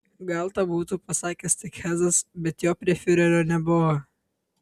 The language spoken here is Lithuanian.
gal tą būtų pasakęs tik hesas bet jo prie fiurerio nebuvo